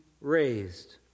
raised